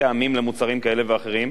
טעמים למוצרים כאלה ואחרים,